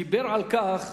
דיבר על כך